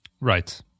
Right